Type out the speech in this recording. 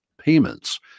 payments